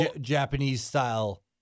Japanese-style